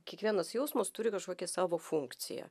kiekvienas jausmas turi kažkokią savo funkciją